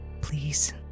Please